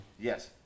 Yes